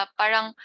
parang